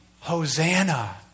Hosanna